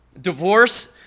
Divorce